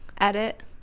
edit